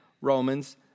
Romans